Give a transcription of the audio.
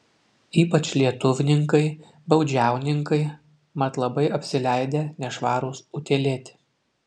ypač lietuvninkai baudžiauninkai mat labai apsileidę nešvarūs utėlėti